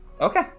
okay